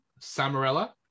samarella